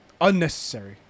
unnecessary